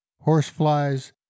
horseflies